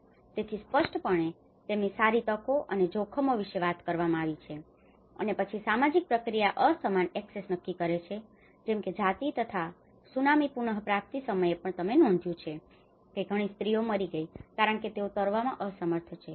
તેથી સ્પષ્ટપણે તેમની સારી તકો અને જોખમો વિશે વાત કરવામાં આવી છે અને પછી આસામાજિક પ્રક્રિયા અસમાન એક્સેસ નક્કી કરે છે જેમ કે જાતિ તથા ત્સુનામી પુનપ્રાપ્તિ સમયે પણ તમે નોંધ્યું છે કે ઘણી સ્ત્રીઓ મરી ગઈ છે કારણકે તેઓ તરવામાં અસમર્થ છે